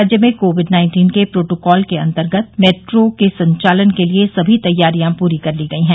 राज्य में COVID nineteen के प्रोटोकॉल के अन्तर्गत मेट्रो ट्रेन के संचालन के लिये सभी तैयारियां पूरी कर ली गई है